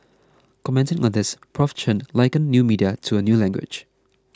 commenting on this Prof Chen likened new media to a new language